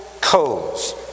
codes